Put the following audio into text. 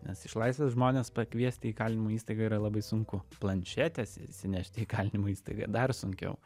nes iš laisvės žmones pakviesti į įkalinimo įstaigą yra labai sunku planšetės įsinešti į kalinimo įstaigą dar sunkiau